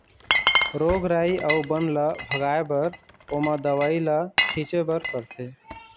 रोग राई अउ बन ल भगाए बर ओमा दवई ल छिंचे बर परथे